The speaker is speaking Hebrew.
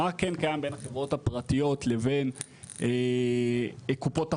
מה כן קיים בין החברות הפרטיות לבין קופות החולים?